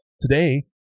Today